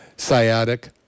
sciatic